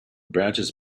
branches